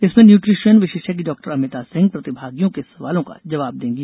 इसमें न्यूट्रीशियन विशेषज्ञ डॉ अमिता सिंह प्रतिभागियों के सवालों का जवाब देंगी